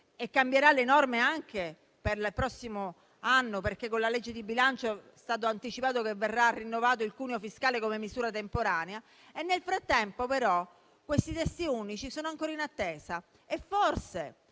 e cambierà le norme anche per il prossimo anno. In legge di bilancio, infatti, è stato anticipato che verrà rinnovato il cuneo fiscale come misura temporanea. Nel frattempo, però, questi testi unici sono ancora in attesa. Forse,